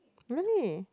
really